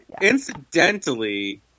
incidentally